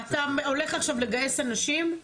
אתה הולך עכשיו לגייס אנשים?